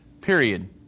period